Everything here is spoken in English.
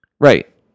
Right